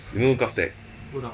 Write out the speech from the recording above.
you know GovTech